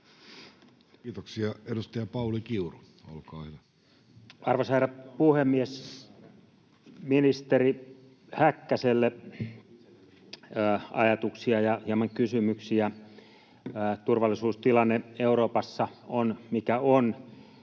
tehtäviin vuonna 2025 Time: 15:01 Content: Arvoisa herra puhemies! Ministeri Häkkäselle ajatuksia ja hieman kysymyksiä. Turvallisuustilanne Euroopassa on mikä on.